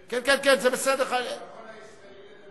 כי המכון הישראלי לדמוקרטיה רוצה.